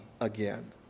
again